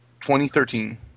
2013